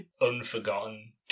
Unforgotten